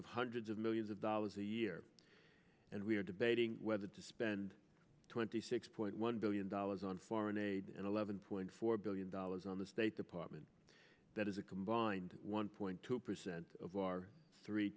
of hundreds of millions of dollars a year and we are debating whether to spend twenty six point one billion dollars on foreign aid and eleven point four billion dollars on the state department that is a combined one point two percent of our three